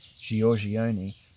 Giorgione